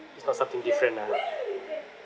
it's not something different lah